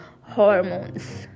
hormones